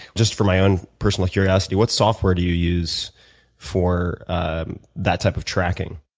just for my own personal curiosity, what software do you use for that type of tracking?